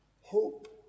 hope